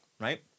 Right